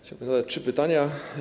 Chciałbym zadać trzy pytania.